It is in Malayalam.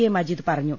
എ മജീദ് പറഞ്ഞു